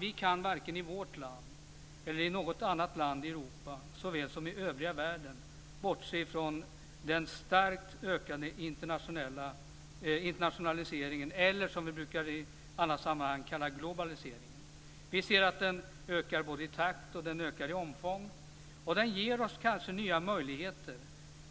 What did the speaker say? Vi kan varken i vårt land eller i något annat land i Europa såväl som i övriga världen bortse från den starkt ökande internationaliseringen eller, som vi i andra sammanhang brukar kalla det, globaliseringen. Vi ser att den ökar både i takt och i omfång. Den ger oss kanske nya möjligheter,